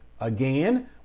Again